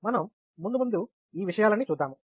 మనం ముందు ముందు ఈ విషయాలన్నీ చూద్దాము